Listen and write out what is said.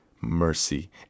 mercy